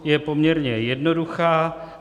Je poměrně jednoduchá.